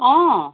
অঁ